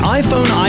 iPhone